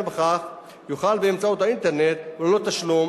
בכך יוכל באמצעות האינטרנט וללא תשלום,